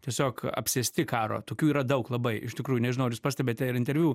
tiesiog apsėsti karo tokių yra daug labai iš tikrųjų nežinau ar jūs pastebite ir interviu